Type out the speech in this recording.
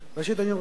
ראשית אני רוצה,